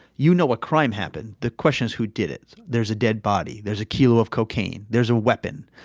you know, a crime happened. the question is, who did it? there's a dead body. there's a kilo of cocaine. there's a weapon.